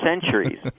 centuries